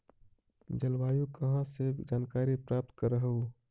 जलवायु कहा से जानकारी प्राप्त करहू?